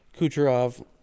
Kucherov